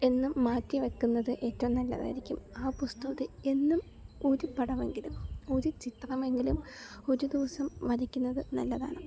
എന്നും മാറ്റി വയ്ക്കുന്നത് ഏറ്റവും നല്ലതായിരിക്കും ആ പുസ്തകത്തിൽ എന്നും ഒരു പടമെങ്കിലും ഒരു ചിത്രമെങ്കിലും ഒരു ദിവസം വരയ്ക്കുന്നത് നല്ലതാണ്